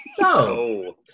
No